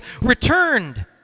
returned